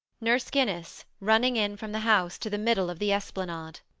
nurse guinness running in from the house to the middle of the esplanade.